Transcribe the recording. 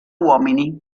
uomini